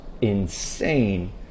insane